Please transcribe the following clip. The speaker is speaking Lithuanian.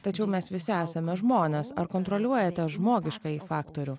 tačiau mes visi esame žmonės ar kontroliuojate žmogiškąjį faktorių